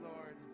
Lord